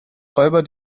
räuber